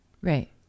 right